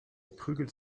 prügelt